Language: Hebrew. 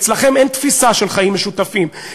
אצלכם אין תפיסה של חיים משותפים,